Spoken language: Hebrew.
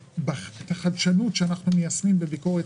החדשנות שאנחנו מיישמים בביקורות,